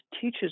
teaches